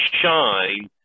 shine